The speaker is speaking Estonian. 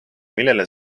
millele